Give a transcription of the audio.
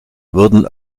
wurden